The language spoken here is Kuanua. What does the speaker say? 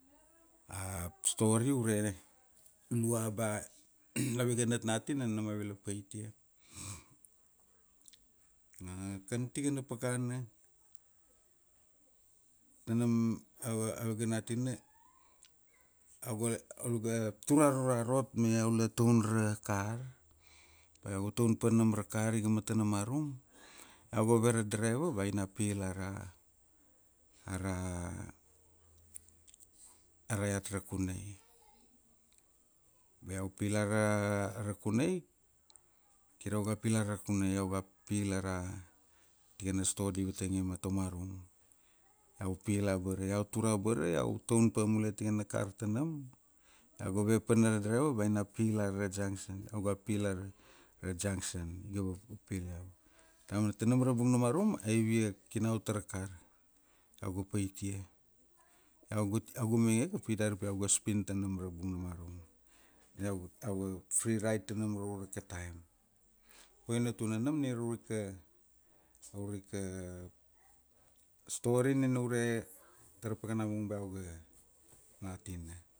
A story ure, lua ba, avega natnatina nam ave la paitia. A, kan tikana pakana tanam, a avega natina, iau ga, avega tur aro rarot ma iau la taun ra kar, ba iau ga taun pa na ra kar iga matana marum, iau ga ve ra driver ina pil ara, ara, ara, ara iat Rakunai. Ba iau pil ara Rakunai, kir iau ga pil ara Rakunai, iau ga pil ara, tikana store di vatang ia ma, Tomarum. Iau pil abara, iau tur abara iau taun pa mule tikana kar tanam, iau ga ve pa na driver ba ina pil ara ra junction. Iau ga pil ara, ra junction. Io, vapil iau. Damana tanam ra bung na marum, aivia kinau tara kar. Iau ga paitia. iau ga iau ga mainge pi dari ba iau ga spin tanam ra bung na marum. Iau ga, iau ga free ride tanam raura ika taim. Boina tuna nam ia raura ika, aura ika, story nina ure tara pakana bung iau ga natina.